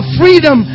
freedom